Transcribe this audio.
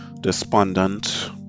despondent